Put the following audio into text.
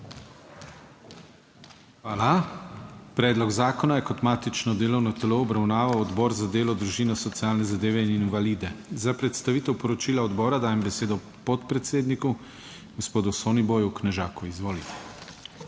Hvala. Predlog zakona je kot matično delovno telo obravnaval Odbor za delo, družino, socialne zadeve in invalide. Za predstavitev poročila odbora dajem besedo podpredsedniku gospodu Soniboju Knežaku. Izvolite.